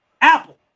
Apple